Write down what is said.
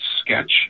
sketch